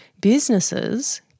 Businesses